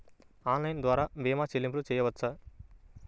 Online ద్వార భీమా చెల్లింపులు చేయవచ్చా?